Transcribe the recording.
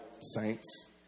saints